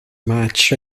match